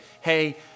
hey